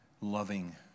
loving